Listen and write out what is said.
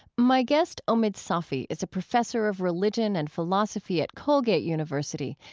my guest, omid safi, is a professor of religion and philosophy at colgate university,